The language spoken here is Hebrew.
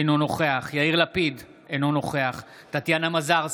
אינו נוכח יאיר לפיד, אינו נוכח טטיאנה מזרסקי,